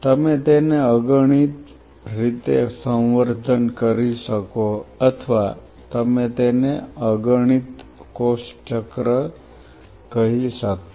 તમે તેને અગણિત રીતે સંવર્ધન કરી શકો અથવા તમે તેને અગણિત કોષ ચક્ર નથી કહી શકતા